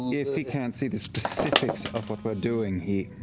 if he can't see the specifics of what we're doing, he